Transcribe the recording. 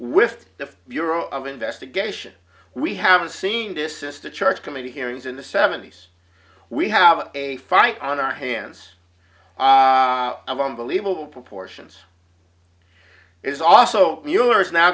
with the bureau of investigation we have seen this sister church committee hearings in the seventy's we have a fight on our hands of unbelievable proportions is also mueller is now